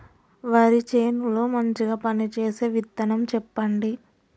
వరి చేను లో మంచిగా పనిచేసే విత్తనం చెప్పండి?